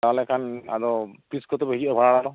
ᱛᱟᱦᱚᱞᱮ ᱠᱷᱟᱱ ᱛᱤᱥ ᱠᱚᱛᱮᱯᱮ ᱦᱤᱡᱩᱜᱼᱟ ᱵᱷᱟᱲᱟ ᱚᱲᱟᱜ